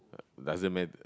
doesn't matter